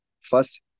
first